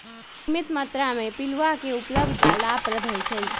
सीमित मत्रा में पिलुआ के उपलब्धता लाभप्रद होइ छइ